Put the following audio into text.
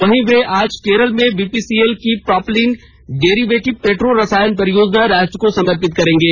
वहीं वे आज केरल में बीपीसीएल की प्रॉपीलीन डेरिवेटिव पेट्रो रसायन परियोजना राष्ट्र को समर्पित करेंगे